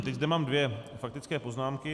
Teď zde mám dvě faktické poznámky.